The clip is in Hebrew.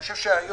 אני חושב שהיום,